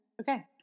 Okay